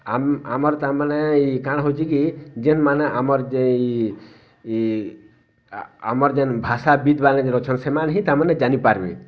ଆମ୍ ଆମର୍ ତାର୍ମାନେ ଇ କାଣା ହଉଛେ କି ଜେନ୍ ମାନେ ଆମର୍ ଜେଇ ଇ ଆମର୍ ଭାଷା ବିତ୍ ମାନେ ଜେନ୍ ଅଛନ୍ ସେମାନେ ହିଁ ତାର୍ ମାନେ ଜାନି ପାର୍ବେ